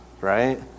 Right